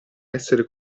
essere